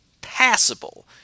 passable